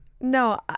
No